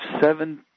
seven